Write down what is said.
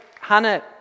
Hannah